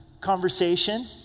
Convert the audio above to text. conversation